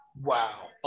Wow